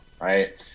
right